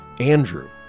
Andrew